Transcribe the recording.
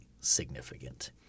significant